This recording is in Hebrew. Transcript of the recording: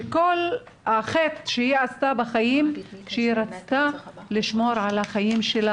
שכל חטאה היה שהיא רצתה לשמור על חייה,